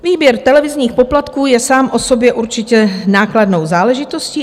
Výběr televizních poplatků je sám o sobě určitě nákladnou záležitostí.